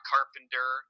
Carpenter